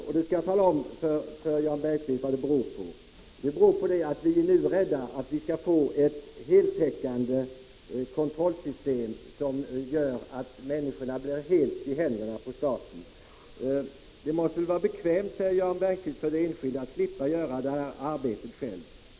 Jag skall tala om för Jan Bergqvist vad det beror på. Vi är rädda för att vi får ett heltäckande kontrollsystem, som gör att människorna helt kommer i händerna på staten. Det måste vara bekvämt, säger Jan Bergqvist, för den enskilde att slippa göra arbetet själv.